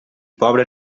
pobre